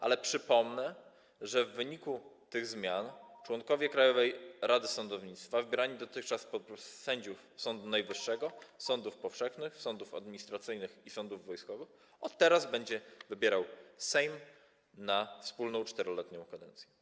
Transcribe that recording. A przypomnę, że w wyniku tych zmian członków Krajowej Rady Sądownictwa, wybieranych dotychczas spośród sędziów Sądu Najwyższego, sądów powszechnych, sądów administracyjnych i sądów wojskowych, od teraz będzie wybierał Sejm na wspólną 4-letnią kadencję.